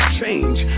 change